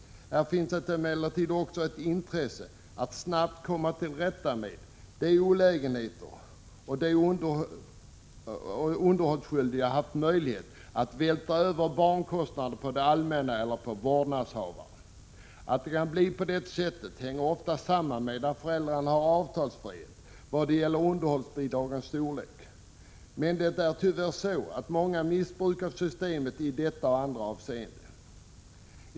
Här finns det emellertid också ett intresse för 21 att snabbt komma till rätta med sådana olägenheter som att de underhållsskyldiga haft möjligheter att vältra över barnkostnader på det allmänna eller på vårdnadshavaren. Att det kan bli på det sättet hänger ofta samman med att föräldrarna har avtalsfrihet vad gäller underhållsbidragens storlek. Men det är tyvärr så att många missbrukar systemet i detta och andra avseenden.